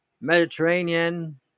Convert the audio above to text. Mediterranean